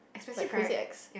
like crazy ex